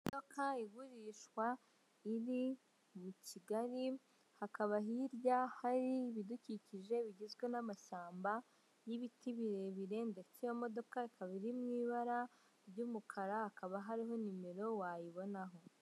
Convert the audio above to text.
Imodoka igurishwa iri muri Kigali, hakaba hirya hari ibidukikije bigizwe n'amashyamba y'ibiti birebire, ndetse iyo modoka ikaba iri mu ibara ry'umukara, hakaba hariho numero wayibonaho.